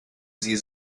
sie